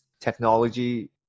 technology